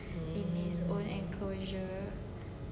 in his own enclosure